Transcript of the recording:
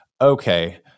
okay